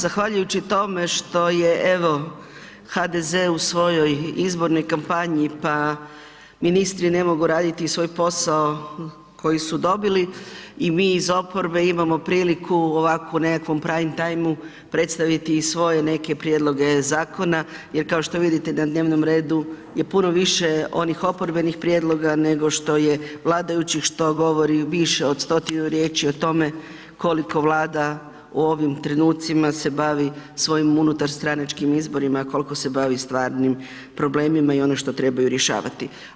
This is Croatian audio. Zahvaljujući tome što je, evo HDZ u svojoj izbornoj kampanji, pa ministri ne mogu raditi svoj posao koji su dobili i mi iz oporbe imamo priliku ovako u nekakvom prime timeu predstaviti i svoje neke prijedloge zakona jer kao što vidite na dnevnom redu je puno više onih oporbenih prijedloga nego što je vladajućih, što govori više od 100-tinu riječi o tome koliko Vlada u ovim trenucima se bavi svojim unutarstranačkim izborima, a kolko se bavi stvarnim problemima i ono što trebaju rješavati.